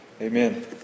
amen